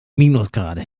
minusgrade